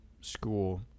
school